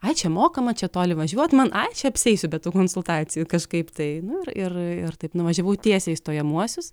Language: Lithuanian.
ai čia mokama čia toli važiuot man ai čia apsieisiu be tų konsultacijų kažkaip tai nu ir ir ir taip nuvažiavau tiesiai į stojamuosius